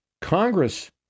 Congress